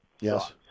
Yes